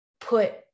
put